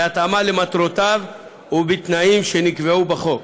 בהתאמה למטרותיו ובתנאים שנקבעו בחוק.